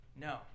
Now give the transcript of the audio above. No